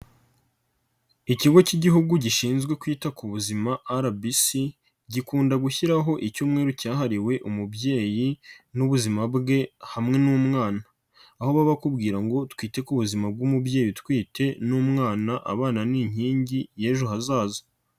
Ikigo k'Igihugu gishinzwe kwita ku buzima RBC gikunda gushyiraho icyumweru cyahariwe umubyeyi n'ubuzima bwe hamwe n'umwana, aho baba akubwira ngo twite ku buzima bw'umubyeyi utwite n'umwana, abana ni inkingi y'ejo hazaza.